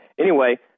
Anyway-